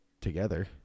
together